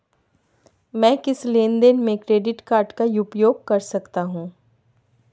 मैं किस लेनदेन में क्रेडिट कार्ड का उपयोग कर सकता हूं?